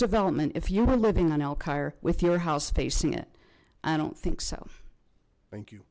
development if you are living on with your house facing it i don't think so thank you